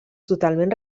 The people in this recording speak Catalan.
totalment